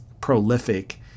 prolific